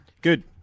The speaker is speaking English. Good